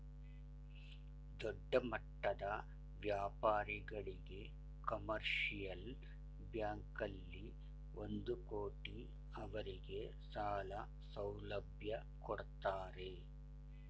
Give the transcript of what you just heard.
ದೊಡ್ಡಮಟ್ಟದ ವ್ಯಾಪಾರಿಗಳಿಗೆ ಕಮರ್ಷಿಯಲ್ ಬ್ಯಾಂಕಲ್ಲಿ ಒಂದು ಕೋಟಿ ಅವರಿಗೆ ಸಾಲ ಸೌಲಭ್ಯ ಕೊಡ್ತಾರೆ